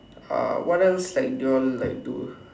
uh what else like do you all like do